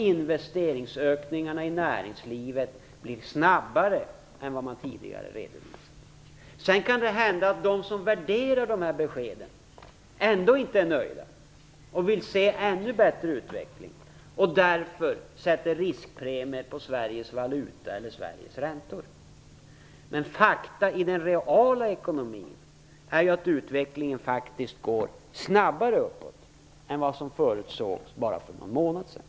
Investeringsökningarna i näringslivet blir snabbare än vad man tidigare redovisade. Sedan kan det hända att de som värderar dessa besked ändå inte är nöjda. De vill se en ännu bättre utveckling. Därför sätter de riskpremier på Sveriges valuta eller Sveriges räntor. Men faktum när det gäller den reala ekonomin är ju att utvecklingen går snabbare uppåt än vad som förutsågs bara för någon månad sedan.